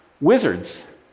Wizards